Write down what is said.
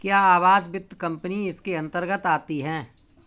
क्या आवास वित्त कंपनी इसके अन्तर्गत आती है?